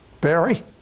Barry